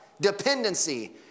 Dependency